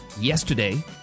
yesterday